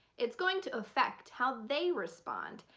it's going to affect how they respond.